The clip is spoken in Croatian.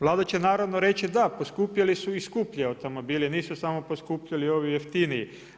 Vlada će naravno reći da, poskupjeli su i skuplji automobili, nisu samo poskupjeli ovi jeftiniji.